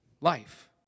life